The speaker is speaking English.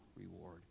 reward